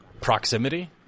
proximity